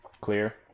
clear